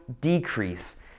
decrease